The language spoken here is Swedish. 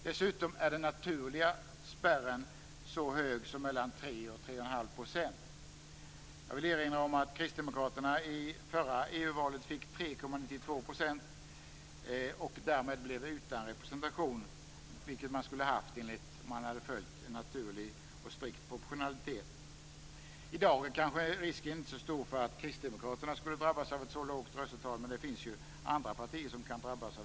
Dessutom är den naturliga spärren så hög som 3 3,5 %. Jag vill erinra om att Kristdemokraterna i det förra EU-valet fick 3,92 % och därmed blev utan representation - vilket partiet skulle ha fått om en naturlig och strikt proportionalitet hade följts. I dag är kanske inte risken så stor att Kristdemokraterna skulle drabbas av ett så lågt resultat, men det finns andra partier som kan drabbas.